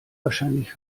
wahrscheinlich